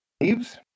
Leaves